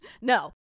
No